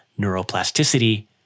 neuroplasticity